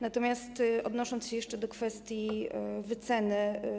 Natomiast odniosę się jeszcze do kwestii wyceny.